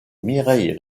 mireille